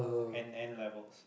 and N-levels